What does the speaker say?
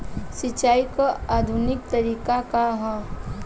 सिंचाई क आधुनिक तरीका का ह?